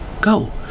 Go